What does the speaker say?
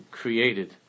created